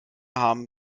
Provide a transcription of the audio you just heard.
haben